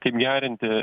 kaip gerinti